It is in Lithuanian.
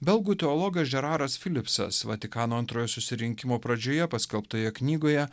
belgų teologas žeraras filipsas vatikano antrojo susirinkimo pradžioje paskelbtoje knygoje